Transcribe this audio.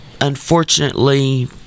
Unfortunately